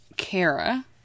Kara